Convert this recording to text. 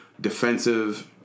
defensive